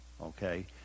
Okay